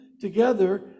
together